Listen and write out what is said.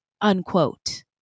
unquote